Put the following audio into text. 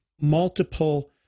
multiple